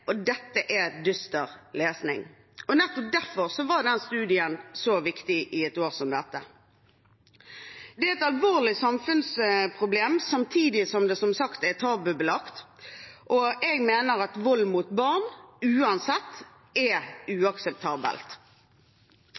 fordi dette dysses ned. Dette er dyster lesning. Nettopp derfor var den studien så viktig i et år som dette. Det er et alvorlig samfunnsproblem, samtidig som det som sagt er tabubelagt. Jeg mener at vold mot barn uansett er uakseptabelt.